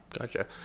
Gotcha